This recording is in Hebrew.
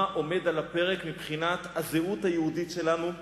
עומד על הפרק מבחינת הזהות היהודית שלנו.